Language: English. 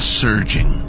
surging